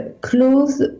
close